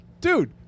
Dude